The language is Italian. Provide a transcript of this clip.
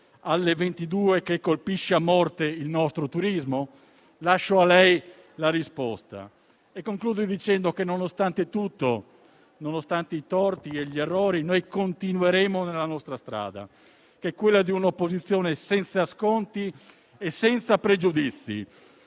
ore 22 che colpisce a morte il nostro turismo? Lascio a lei la risposta, presidente Draghi. Nonostante tutto, i torti e gli errori, noi continueremo lungo la nostra strada, che è quella di un'opposizione senza sconti e pregiudizi.